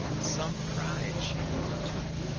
some pride she felt, too,